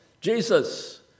Jesus